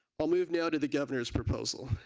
will move now to the governor's proposal.